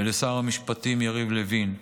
ולשר המשפטים יריב לוין,